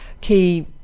key